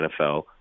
NFL